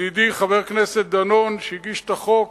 ידידי חבר הכנסת דנון, שהגיש את החוק,